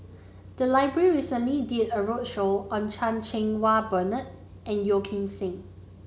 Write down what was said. the library recently did a roadshow on Chan Cheng Wah Bernard and Yeo Kim Seng